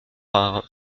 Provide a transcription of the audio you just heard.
rare